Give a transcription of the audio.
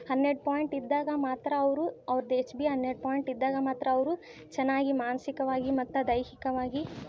ಹನ್ನೆರಡು ಪಾಯಿಂಟ್ ಇದ್ದಾಗ ಮಾತ್ರ ಅವರು ಅವರದ್ದು ಎಚ್ ಬಿ ಹನ್ನೆರಡು ಪಾಯಿಂಟ್ ಇದ್ದಾಗ ಮಾತ್ರ ಅವರು ಚೆನ್ನಾಗಿ ಮಾನಸಿಕವಾಗಿ ಮತ್ತು ದೈಹಿಕವಾಗಿ